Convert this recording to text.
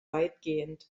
weitgehend